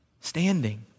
standing